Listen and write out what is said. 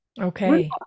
okay